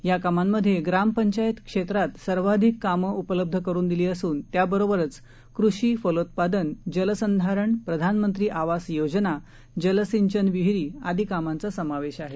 या कामांमध्ये ग्रामपंचायत क्षेत्रात सर्वाधिक कामं उपलब्ध करुन दिली असून त्यासोबतच कृषी फलोत्पादन जलसंधारण प्रधानमंत्री आवास योजना जलसिंचन विहिरी आदी कामांचा समावेश आहे